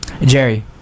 Jerry